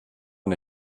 man